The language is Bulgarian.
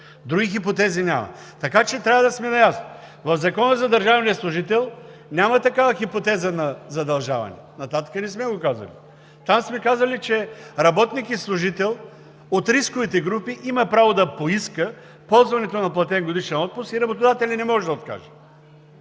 Други хипотези няма! Трябва да сме наясно – в Закона за държавния служител няма такава хипотеза на задължаване. Нататък не сме го казали. Та сме казали, че работник и служител от рисковите групи има право да поиска ползването на платен годишен отпуск и работодателят не може да откаже.